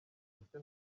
ubuse